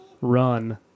run